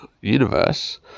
universe